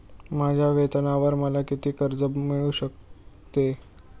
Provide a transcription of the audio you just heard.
माझ्या वेतनावर मला किती कर्ज मिळू शकते?